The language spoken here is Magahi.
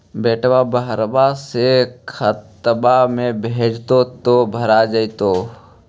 बेटा बहरबा से खतबा में भेजते तो भरा जैतय?